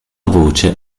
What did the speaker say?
voce